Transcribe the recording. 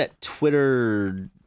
Twitter